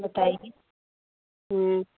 बताइए